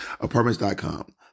Apartments.com